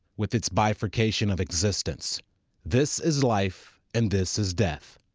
with its bifurcation of existence this is life and this is death.